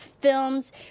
films